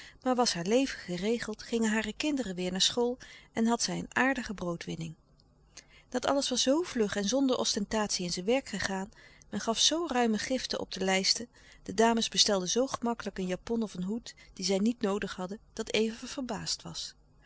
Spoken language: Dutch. maar was haar leven geregeld gingen hare kinderen weêr naar school en had zij een aardige broodwinning dat alles was zoo vlug en zonder ostentatie in zijn werk gegaan men gaf zoo ruime giften op de lijsten de dames bestelden zoo gemakkelijk een japon of een hoed die zij niet noodig hadden dat eva verbaasd was